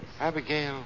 Abigail